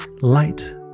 light